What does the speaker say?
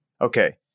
Okay